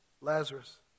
Lazarus